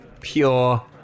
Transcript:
pure